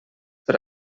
per